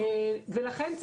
לכן,